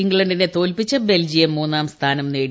ഇംഗ്ലണ്ടിനെ തോൽപിച്ച് ബെൽജിയം മൂന്നാം സ്ഥാനം നേടി